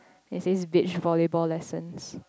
it says beach volleyball lessons